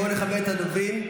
בואו נכבד את הדוברים.